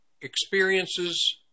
experiences